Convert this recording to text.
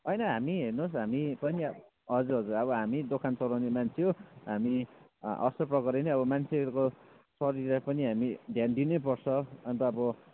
होइन हामी हेर्नुहोस् हामी पनि हजुर हजुर अब हामी दोकान चलाउने मान्छे हो हामी असल प्रकारले नै अब मान्छोको शरीरलाई पनि हामी ध्यान दिनैपर्छ अन्त अब